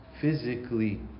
physically